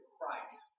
Christ